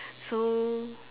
so